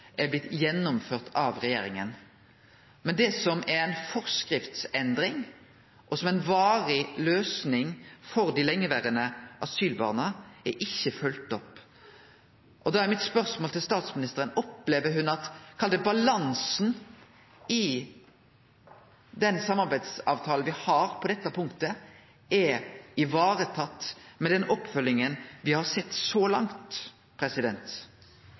blitt gjennomført av regjeringa. Men det som er ei forskriftsendring, og som gir ei varig løysing for dei lengeverande asylbarna, er ikkje følgt opp. Da er mitt spørsmål til statsministeren: Opplever ho at – kall det – balansen i den samarbeidsavtalen vi har på dette punktet, er varetatt med den oppfølginga me har sett så langt?